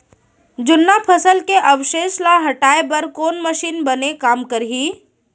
जुन्ना फसल के अवशेष ला हटाए बर कोन मशीन बने काम करही?